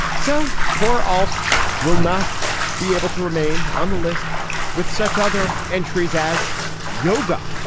so poor aust. will not be able to remain on the list with such other entries as yoga,